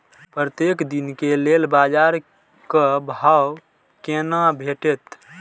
प्रत्येक दिन के लेल बाजार क भाव केना भेटैत?